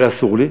הרי אסור לי.